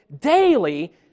Daily